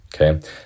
okay